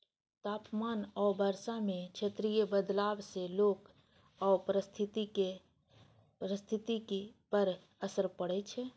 तापमान आ वर्षा मे क्षेत्रीय बदलाव सं लोक आ पारिस्थितिकी पर असर पड़ै छै